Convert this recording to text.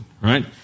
right